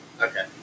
Okay